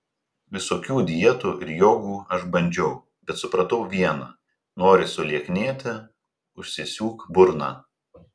visokių dietų ir jogų aš bandžiau bet supratau viena nori sulieknėti užsisiūk burną